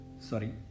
sorry